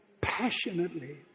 passionately